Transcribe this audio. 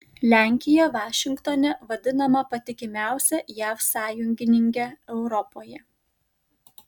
lenkija vašingtone vadinama patikimiausia jav sąjungininke europoje